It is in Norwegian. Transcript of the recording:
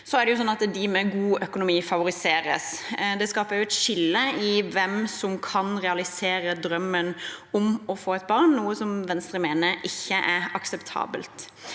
de med god økonomi. Det skaper også et skille i hvem som kan realisere drømmen om å få et barn, noe Venstre mener ikke er akseptabelt.